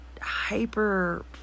hyper